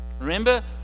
Remember